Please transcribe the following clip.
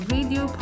Radio